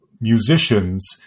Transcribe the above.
musicians